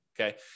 Okay